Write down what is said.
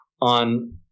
on